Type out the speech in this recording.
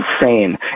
insane